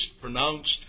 pronounced